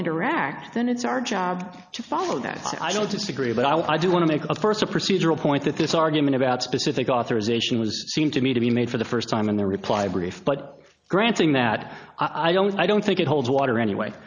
interact then it's our job to follow that i will disagree but i do want to make of first a procedural point that this argument about specific authorization was seem to me to be made for the first time in their reply brief but granting that i don't i don't think it holds water anyway